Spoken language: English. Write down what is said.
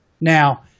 now